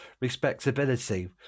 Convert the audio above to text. respectability